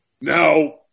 Now